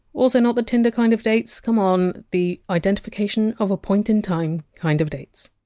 also not the tinder kind of dates, c'mon the identification of a point in time kind of dates!